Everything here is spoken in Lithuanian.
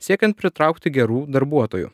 siekiant pritraukti gerų darbuotojų